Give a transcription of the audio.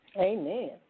Amen